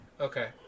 Okay